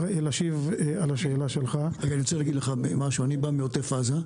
אני בא מעוטף עזה.